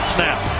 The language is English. Snap